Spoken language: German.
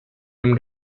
dem